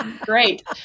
great